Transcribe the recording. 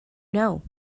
know